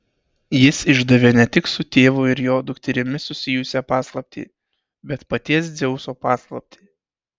jis išdavė ne tik su tėvu ir jo dukterimi susijusią paslaptį bet paties dzeuso paslaptį